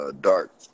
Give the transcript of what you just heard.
dark